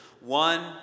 one